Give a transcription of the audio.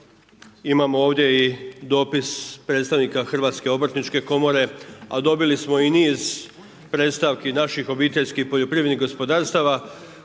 Imamo ovdje i dopis predstavnika Hrvatske obrtničke komore, a dobili smo i niz predstavki naših obiteljskih poljoprivrednih gospodarstava,